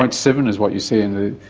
like seven is what you say,